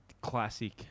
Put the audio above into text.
classic